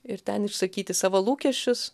ir ten išsakyti savo lūkesčius